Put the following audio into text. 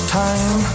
time